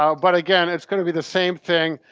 ah but again, it's gonna be the same thing.